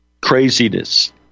Craziness